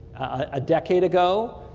a decade ago,